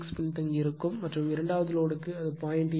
6 பின்தங்கியிருக்கும் மற்றும் இரண்டாவது லோடுக்கு இது 0